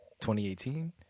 2018